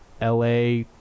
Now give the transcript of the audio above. La